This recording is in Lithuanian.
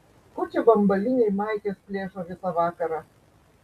ko čia bambaliniai maikes plėšo visą vakarą